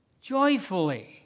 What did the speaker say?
Joyfully